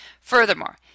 Furthermore